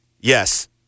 Yes